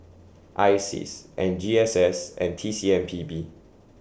I Seas and G S S and T C M P B